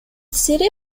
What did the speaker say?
city